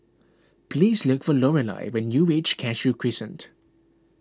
please look for Lorelai when you reach Cashew Crescent